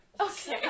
Okay